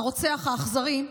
הרוצח האכזרי,